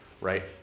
right